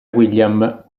william